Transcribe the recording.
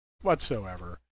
whatsoever